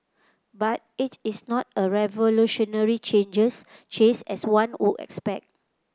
but it is not a revolutionary changes as one would expect